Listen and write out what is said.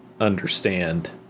understand